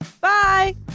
Bye